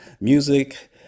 music